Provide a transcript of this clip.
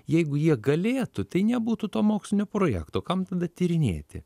jeigu jie galėtų tai nebūtų to mokslinio projekto kam tada tyrinėti